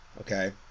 okay